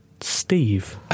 Steve